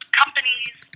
companies